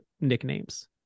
nicknames